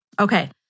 Okay